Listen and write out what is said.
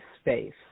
space